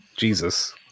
Jesus